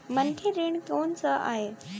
मनखे ऋण कोन स आय?